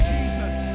Jesus